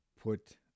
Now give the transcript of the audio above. put